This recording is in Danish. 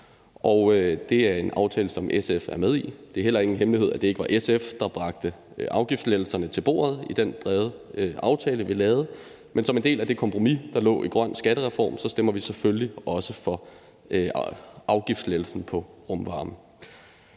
og det er en aftale, som SF er med i. Det er heller ikke en hemmelighed, at det ikke var SF, der bragte afgiftslettelserne til bordet i den brede aftale, vi lavede. Men som en del af det kompromis, der lå i aftalen om en grøn skattereform, stemmer vi selvfølgelig også for afgiftslettelsen på rumvarme.